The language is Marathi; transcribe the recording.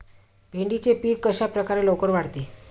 भेंडीचे पीक कशाप्रकारे लवकर वाढते?